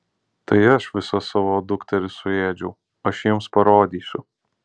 tai aš visas savo dukteris suėdžiau aš jiems parodysiu